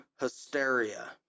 hysteria